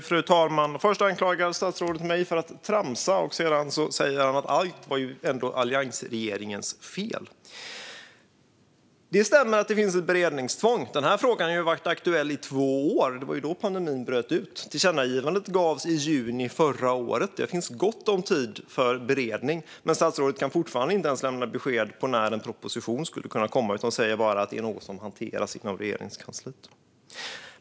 Fru talman! Först anklagar statsrådet mig för att tramsa, och sedan säger han att allt var alliansregeringens fel. Det stämmer att det finns ett beredningstvång. Den här frågan har varit aktuell i två år. Det var då pandemin bröt ut. Tillkännagivandet riktades i juni förra året. Det har funnits gott om tid för beredning, men statsrådet kan fortfarande inte ens lämna besked om när en proposition skulle kunna komma utan säger bara att det är något som hanteras inom Regeringskansliet.